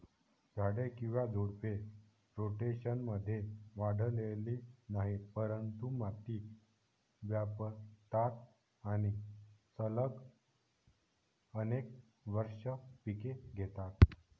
झाडे किंवा झुडपे, रोटेशनमध्ये वाढलेली नाहीत, परंतु माती व्यापतात आणि सलग अनेक वर्षे पिके घेतात